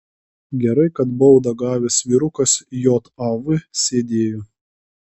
gerai kad baudą gavęs vyrukas jav sėdėjo